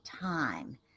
time